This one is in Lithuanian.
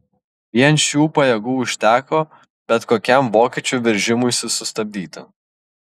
vien šių pajėgų užteko bet kokiam vokiečių veržimuisi sustabdyti